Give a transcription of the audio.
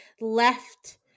left